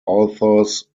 authors